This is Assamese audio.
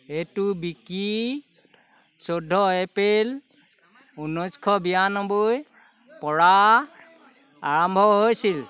এইটোৰ বিক্ৰী চৈধ্য এপ্ৰিল ঊনৈছশ বিৰানব্বৈৰপৰা আৰম্ভ হৈছিল